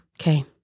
Okay